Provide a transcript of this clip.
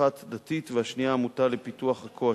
אחת דתית והשנייה עמותה לפיתוח עכו.